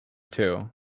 two